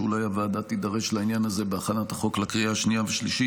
שאולי הוועדה תידרש לעניין הזה בהכנת החוק לקריאה השנייה והשלישית.